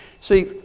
See